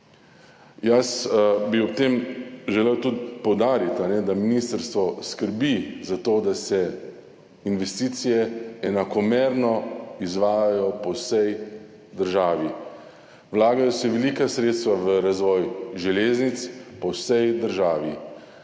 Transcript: Jaz bi ob tem želel tudi poudariti, da ministrstvo skrbi za to, da se investicije enakomerno izvajajo po vsej državi. Vlagajo se velika sredstva v razvoj železnic po vsej državi,